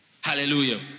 Hallelujah